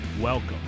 Welcome